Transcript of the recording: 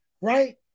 right